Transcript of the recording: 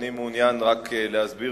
אני מעוניין רק להסביר,